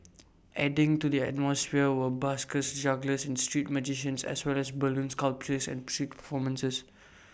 adding to the atmosphere were buskers jugglers and street magicians as well as balloon sculptures and music performances